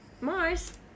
Mars